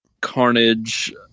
carnage